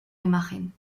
imagen